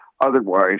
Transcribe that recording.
Otherwise